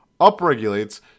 upregulates